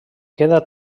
queda